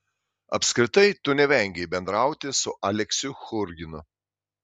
apskritai tu nevengei bendrauti su aleksiu churginu